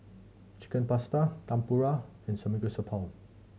Chicken Pasta Tempura and Samgeyopsal